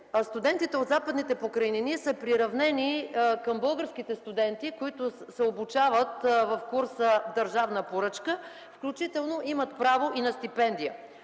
студентите от Западните покрайнини са приравнени към българските студенти, обучаващи се държавна поръчка, включително имат право и на стипендия.